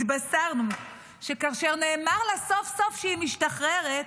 התבשרנו שכאשר נאמר לה סוף-סוף שהיא משתחררת,